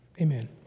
Amen